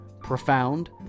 profound